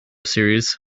series